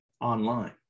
online